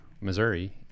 Missouri